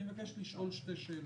אני מבקש לשאול שתי שאלות: